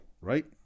right